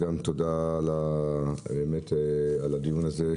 תודה על הדיון הזה,